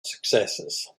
successes